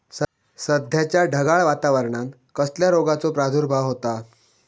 सध्याच्या ढगाळ वातावरणान कसल्या रोगाचो प्रादुर्भाव होता?